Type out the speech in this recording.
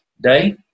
day